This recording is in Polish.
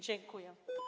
Dziękuję.